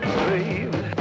baby